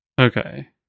Okay